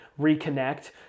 reconnect